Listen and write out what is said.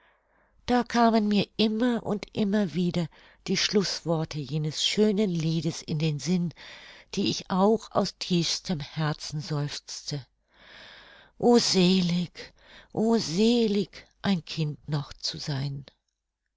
da kamen mir immer und immer wieder die schlußworte jenes schönen liedes in den sinn die auch ich aus tiefstem herzen seufzte o selig o selig ein kind noch zu sein